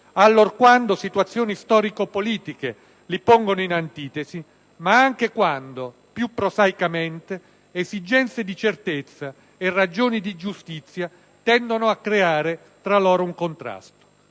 allorquando situazioni storico-politiche li pongono in antitesi, ma anche quando, più prosaicamente, esigenze di certezza e ragioni di giustizia tendono a creare tra loro un contrasto.